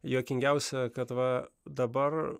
juokingiausia kad va dabar